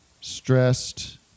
Stressed